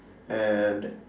and